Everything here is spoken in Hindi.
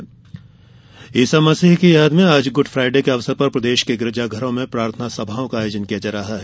गुड फ्रायडे ईसा मसीह की याद में आज गुड फ़ायडे के अवसर पर प्रदेश के गिरजाघरों में प्रार्थना सभाओं का आयोजन किया जा रहा है